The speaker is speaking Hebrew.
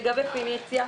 לגבי פניציה,